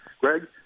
Greg